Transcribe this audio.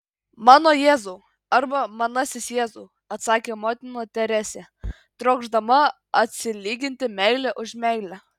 mano jėzau arba manasis jėzau atsakė motina teresė trokšdama atsilyginti meile už meilę